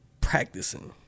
practicing